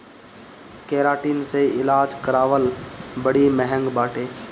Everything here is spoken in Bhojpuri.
केराटिन से इलाज करावल बड़ी महँग बाटे